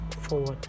forward